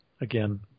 again